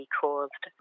caused